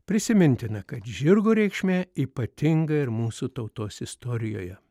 prisimintina kad žirgo reikšmė ypatinga ir mūsų tautos istorijoje